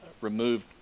removed